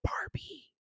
Barbie